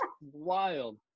wild